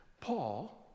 paul